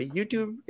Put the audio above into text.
YouTube